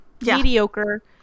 mediocre